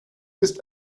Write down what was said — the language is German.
ist